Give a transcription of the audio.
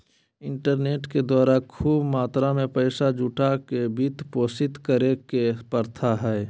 internet के द्वारा खूब मात्रा में पैसा जुटा के वित्त पोषित करे के प्रथा हइ